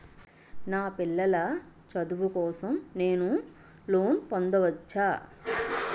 నా పిల్లల చదువు కోసం నేను లోన్ పొందవచ్చా?